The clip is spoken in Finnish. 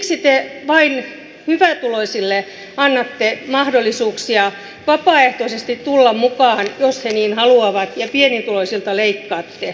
miksi te vain hyvätuloisille annatte mahdollisuuksia vapaaehtoisesti tulla mukaan jos he niin haluavat ja pienituloisilta leikkaatte